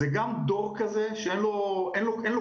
זה גם דור כזה שאין לו קשב.